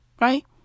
Right